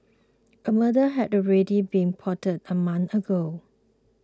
a murder had already been plotted a month ago